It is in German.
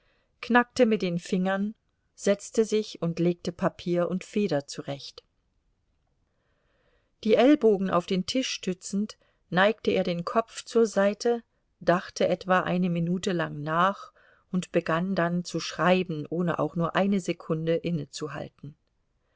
knackte mit den fingern setzte sich und legte papier und feder zurecht die ellbogen auf den tisch stützend neigte er den kopf zur seite dachte etwa eine minute lang nach und begann dann zu schreiben ohne auch nur eine sekunde innezuhalten